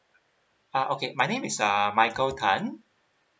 ah uh okay my name is uh michael tan